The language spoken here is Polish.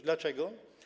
Dlaczego?